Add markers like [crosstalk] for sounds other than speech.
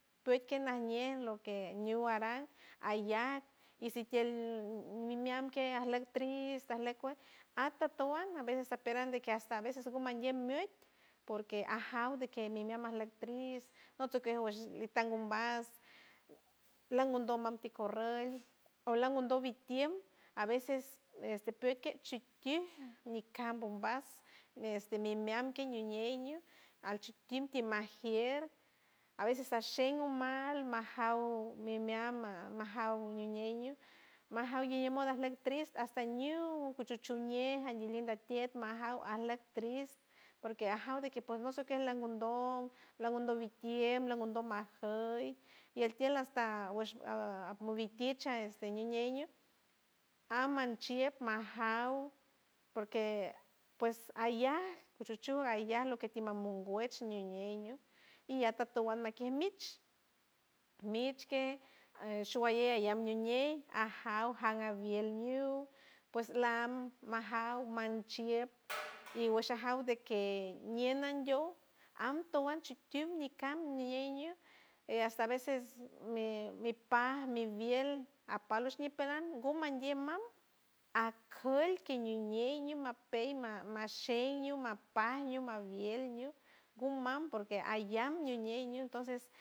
Peit que nañie loque ñiu nara ayak isi tield ni mian que arlok triste arlok cuej atoto wand a veces aperan de que hasta aveces guman guiey miet porque ajaw de que mi meaw marlok triste otoque ni tan umbajs lon mundon manti corrol olon mondol mi tiempo a veces este pieyque shi tiuld ni cam bombaz este mimeanki ñiuñeiro alchi tiul ti majier a veces ashey mumal majaw miu meama majaw niñeiru majaw iñi moda arlok tris hasta iñiu cuchuchu ñey an mi linda tied majaw arlok tris porque ajaw de que pos nosoco lan gundon lan gundon litield lan gundon majoy y el tield hasta a wesh a apmobi tiche este niuñeyo a manchiep majaw porque pues aya guchuchu aya loque ti mamun wech niñeiro y atotowand mich que shuguaye ayam miñey y atotowand maki mich mich que a shuguaye ayam ñiuñey ajaujaw abield ñiu pues la am majaw manchielp [noise] y gueshajaw de que ñiey nandow antowan chi tiuld ni can ñieño y hasta a veces mi mi pa mi bield a palosh ñipeland gumandiel mam aculki niñeimo mapey ma masheymo mapayo ma bielño gumam porque ayam ñiuñeiro entonces.